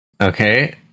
Okay